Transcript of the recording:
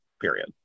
period